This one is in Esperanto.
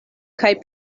kaj